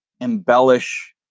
embellish